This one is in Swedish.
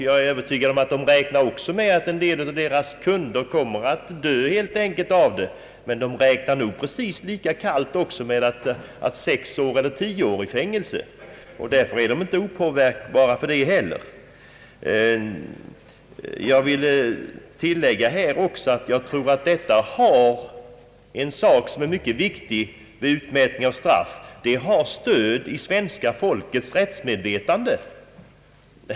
Jag är övertygad om att de också räknar med att en del av deras kunder helt enkelt kommer att dö av narkotikan, och de räknar nog lika kallt med sex eller tio års fängelsestraff. Därför är de inte heller påverkbara genom den risken. Jag vill tillägga att jag tror att det är mycket viktigt att straffutmätningen har stöd i svenska folkets rättsmedvetande.